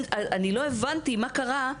לא הבנתי מה קרה.